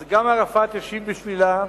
אז גם ערפאת השיב בשלילה,